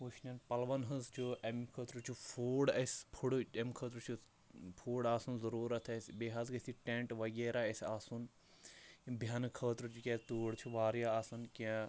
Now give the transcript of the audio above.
وُشنیٚن پَلوَن ہنٛز چھِ امہِ خٲطرٕ چھُ فوٗڈ اسہِ فُڈٕچ امہِ خٲطرٕ چھُ فوڈ آسُن ضروٗرت اسہِ بیٚیہِ حظ گژھہِ یہِ ٹیٚنٹ وغیرہ اسہِ آسُن بیٚہنہٕ خٲطرٕ تکیازِ تۭڑ چھِ واریاہ آسان کیاہ